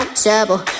trouble